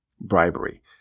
bribery